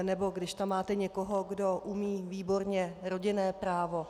Nebo když tam máte někoho, kdo umí výborně rodinné právo.